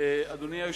אדוני השר.